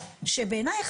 שבעיניי,